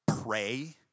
pray